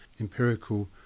empirical